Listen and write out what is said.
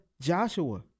Joshua